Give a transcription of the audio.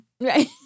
right